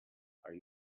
are